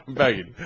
fain